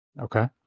Okay